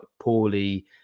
poorly